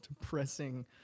depressing